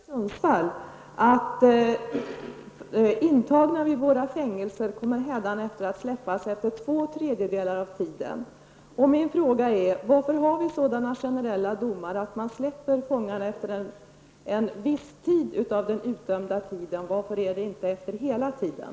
Herr talman! Jag har en fråga till justitieministern. Justitieministern sade häromdagen i en skola i Sundsvall att internerna vid våra fängelser hädanefter kommer att släppas efter två tredjedelar av strafftiden. Varför har vi sådana generella domar, att man släpper fångarna efter en viss tid av det utdömda straffet, varför är det inte efter hela tiden?